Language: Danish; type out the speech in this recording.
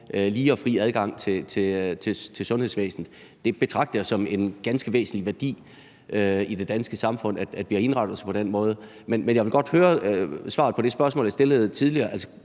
lige og fri adgang til sundhedsvæsenet. Jeg betragter det som en ganske væsentlig værdi i det danske samfund, at vi har indrettet os på den måde. Men jeg vil godt høre svaret på det spørgsmål, jeg stillede tidligere.